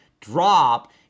drop